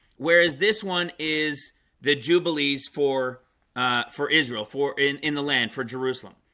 whereas this one is the jubilees for ah for israel for in in the land for jerusalem.